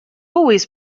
always